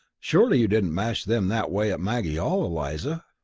surely you didn't mash them that way at maggie hall, eliza?